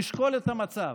נשקול את המצב?